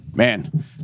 man